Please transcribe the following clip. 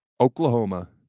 Oklahoma